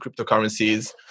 cryptocurrencies